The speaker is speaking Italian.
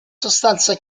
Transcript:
sostanza